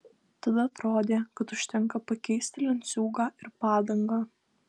tada atrodė kad užtenka pakeisti lenciūgą ir padangą